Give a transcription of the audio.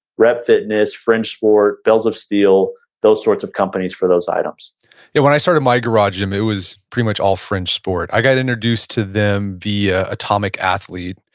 rep fitness, fringesport, bells of steel those sorts of companies for those items when i started my garage gym, it was pretty much all fringesport, i got introduced to them via atomic athlete,